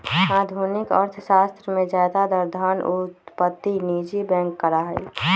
आधुनिक अर्थशास्त्र में ज्यादातर धन उत्पत्ति निजी बैंक करा हई